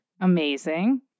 Amazing